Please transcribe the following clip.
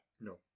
No